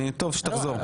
כשתחזור.